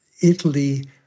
Italy